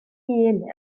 hun